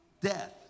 death